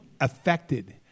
affected